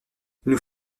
nous